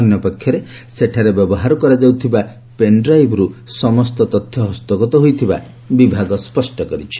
ଅନ୍ୟପକ୍ଷରେ ସେଠାରେ ବ୍ୟବହାର କରାଯାଉଥିବା ପେନ୍ତ୍ରାଇଭ୍ରୁ ସମସ୍ତ ତଥ୍ୟ ହସ୍ତଗତ ହୋଇଥିବା ବିଭାଗ କହିଛି